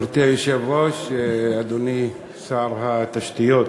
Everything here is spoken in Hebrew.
אדוני שר התשתיות,